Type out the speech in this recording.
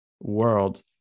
world